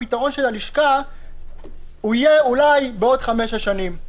הפתרון של הלשכה יהיה אולי בעוד חמש-שש שנים.